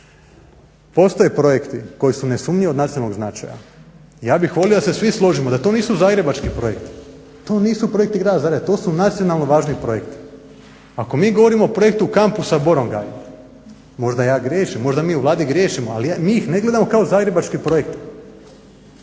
Postoje projekti koji su nesumnjivo od nacionalnog značaja. Ja bih volio da se svi složimo da to nisu zagrebački projekti, to nisu projekti Grada Zagreba, to su nacionalno važni projekti. Ako mi govorimo o projektu kampusa Borongaj, možda ja griješim, možda mi u Vladi griješimo ali mi ih ne gledamo kao zagrebački projekt,